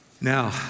Now